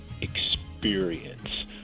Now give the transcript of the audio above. experience